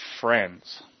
friends